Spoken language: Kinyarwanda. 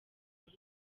muri